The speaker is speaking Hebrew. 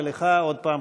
ולך עוד פעם,